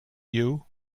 you